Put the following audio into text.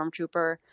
stormtrooper